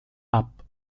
app